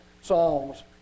psalms